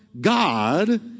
God